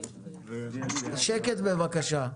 בבקשה.